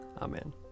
Amen